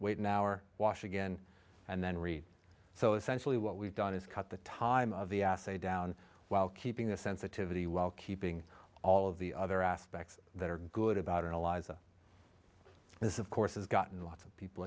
weight in our washington and then read so essentially what we've done is cut the time of the essay down while keeping the sensitivity well keeping all of the other aspects that are good about analyzing this of course has gotten lots of people